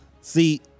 See